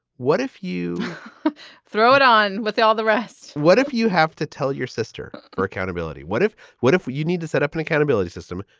what if you throw it on with all the rest? what if you have to tell your sister for accountability? what if what if what you need to set up an accountability system?